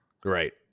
Great